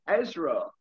Ezra